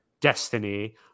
Destiny